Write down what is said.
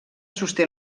sosté